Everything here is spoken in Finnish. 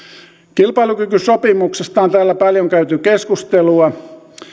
kilpailukykysopimuksesta on täällä paljon käyty keskustelua